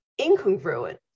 incongruent